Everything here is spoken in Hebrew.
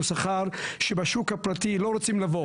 הוא שכר שבשוק הפרטי לא רוצים לבוא.